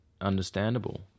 understandable